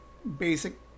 basic